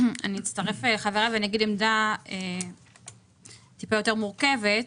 אני אצטרף לחבריי ואני אגיד עמדה טיפה יותר מורכבת.